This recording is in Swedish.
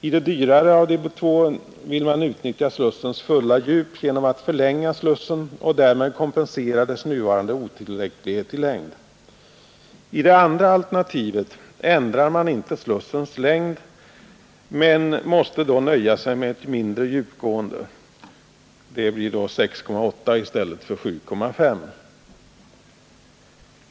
I det dyrare av de två vill man utnyttja slussens fulla djup genom att förlänga slussen och därmed kompensera dess nuvarande otillräcklighet i längd. I det andra alternativet ändrar man inte slussens längd men måste nöja sig med ett mindre djupgående — det blir då 6,8 meter i stället för 7,5.